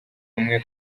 umwe